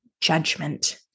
judgment